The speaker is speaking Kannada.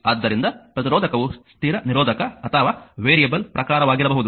ಆದ್ದರಿಂದ ಪ್ರತಿರೋಧಕವು ಸ್ಥಿರ ನಿರೋಧಕ ಅಥವಾ ವೇರಿಯಬಲ್ ಪ್ರಕಾರವಾಗಿರಬಹುದು